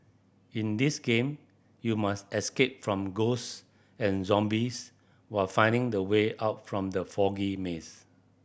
in this game you must escape from ghost and zombies while finding the way out from the foggy maze